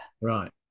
right